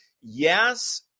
yes